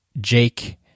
Jake